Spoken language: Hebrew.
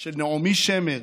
של נעמי שמר: